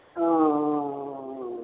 ಹಾಂ ಹಾಂ ಹಾಂ ಹಾಂ